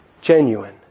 genuine